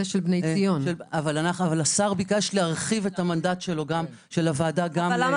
השר ביקש להרחיב את המנדט של הוועדה גם לבית דפנה ולא